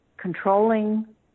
controlling